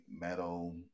metal